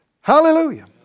Hallelujah